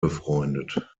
befreundet